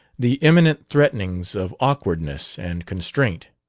the imminent threatenings of awkwardness and constraint